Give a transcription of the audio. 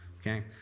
okay